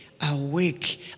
Awake